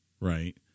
right